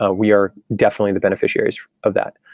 ah we are definitely the beneficiaries of that.